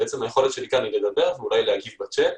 היכולת שלי היא לדבר ואולי להגיב בצ'ט,